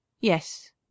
Yes